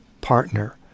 partner